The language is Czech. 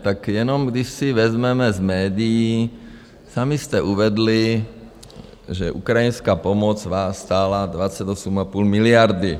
Tak jenom když si vezmeme z médií, sami jste uvedli, že ukrajinská pomoc vás stála 28,5 miliardy.